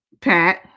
Pat